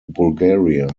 bulgaria